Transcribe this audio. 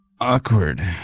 awkward